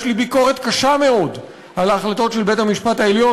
יש לי ביקורת קשה מאוד על ההחלטות של בית-המשפט העליון